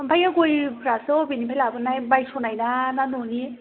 ओमफ्राय गयफ्राथ' बबेनिफ्राय लाबोनाय बायसनाय ना न'नि